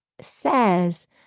says